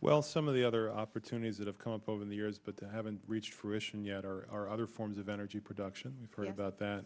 well some of the other opportunities that have come up over the years but that haven't reached fruition yet are other forms of energy production for about that